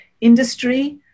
industry